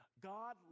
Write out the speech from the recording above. God